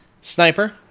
Sniper